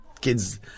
kids